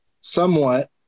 somewhat